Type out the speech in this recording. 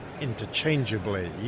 interchangeably